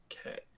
okay